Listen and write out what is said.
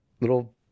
little